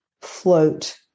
float